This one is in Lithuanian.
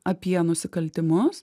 apie nusikaltimus